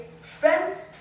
fenced